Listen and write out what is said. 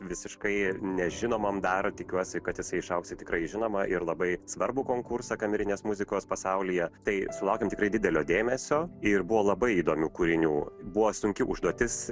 visiškai nežinomam dar tikiuosi kad jisai išaugs į tikrai žinoma ir labai svarbų konkursą kamerinės muzikos pasaulyje tai sulaukėm tikrai didelio dėmesio ir buvo labai įdomių kūrinių buvo sunki užduotis